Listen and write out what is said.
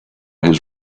his